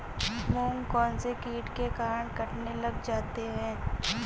मूंग कौनसे कीट के कारण कटने लग जाते हैं?